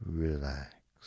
relax